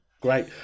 great